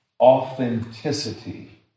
Authenticity